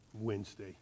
Wednesday